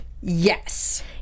Yes